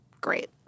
great